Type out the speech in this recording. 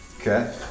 Okay